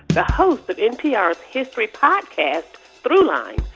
the hosts of npr's history podcast throughline,